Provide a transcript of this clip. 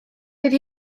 oedd